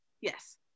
Yes